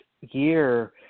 year